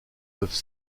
peuvent